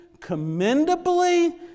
commendably